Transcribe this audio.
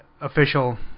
official